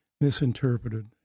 misinterpreted